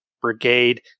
brigade